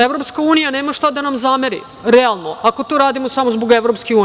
Evropska unija nema šta da nam zameri, realno, ako to radimo samo zbog EU.